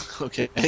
Okay